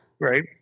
Right